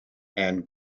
and